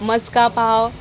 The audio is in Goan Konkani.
मसका पाव